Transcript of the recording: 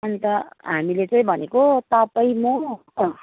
अन्त हामीले चाहिँ भनेको तपाईँ म